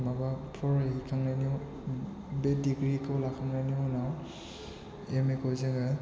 माबा फरायखांनायनि उनाव बे डिग्रिखौ लाखांनायनि उनाव एम ए खौ जोङो